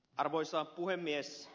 arvoisa puhemies